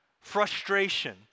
frustration